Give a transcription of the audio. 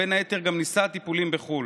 ובין היתר גם ניסה טיפולים בחו"ל.